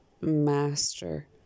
master